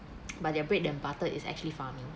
but their bread and butter is actually farming